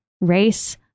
race